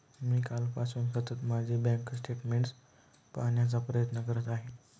मी कालपासून सतत माझे बँक स्टेटमेंट्स पाहण्याचा प्रयत्न करत आहे